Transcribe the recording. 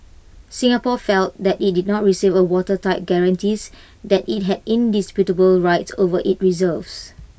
Singapore felt that IT did not receive watertight guarantees that IT had indisputable rights over its reserves